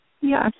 Yes